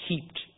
heaped